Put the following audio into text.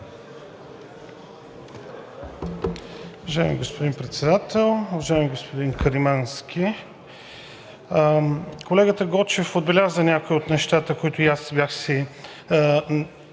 Уважаеми господин Председател! Уважаеми господин Каримански, колегата Гочев отбеляза някои от нещата, които и аз си